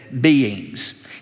beings